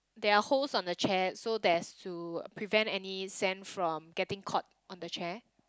there are holes on the chair so that's to prevent any sand from getting caught on the chair